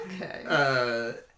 Okay